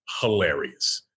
hilarious